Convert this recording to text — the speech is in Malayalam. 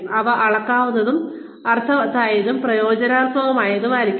അവ അളക്കാവുന്നതും അർത്ഥവത്തായതും പ്രചോദനാത്മകവുമായിരിക്കണം